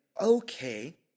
okay